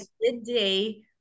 midday